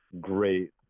great